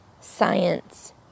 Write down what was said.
science